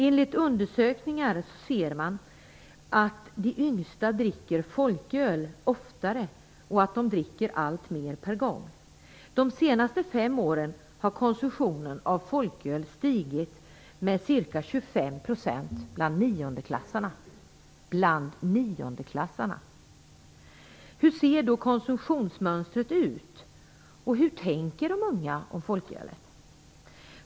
Enligt undersökningar kan man se att de yngsta dricker folköl oftare och att de dricker alltmer per gång. De senaste fem åren har konsumtionen av folköl stigit med ca 25 % bland niondeklassarna. Hur ser då konsumtionsmönstret ut, och hur tänker de unga om folkölet?